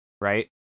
right